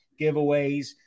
giveaways